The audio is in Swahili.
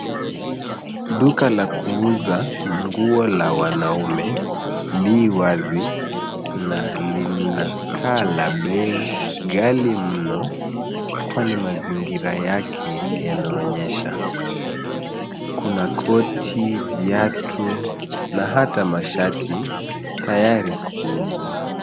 Duka la kuuza nguo la wanaume, li wazi na lina kaa la bei ghali mno, kwenye mazingira yake yanaonyesha. Kuna koti, viatu na hata mashati tayari kuuzwa.